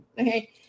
Okay